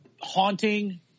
haunting